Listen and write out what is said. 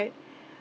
quite